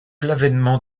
l’avènement